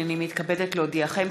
הנני מתכבדת להודיעכם,